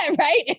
Right